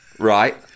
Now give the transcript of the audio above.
Right